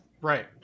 Right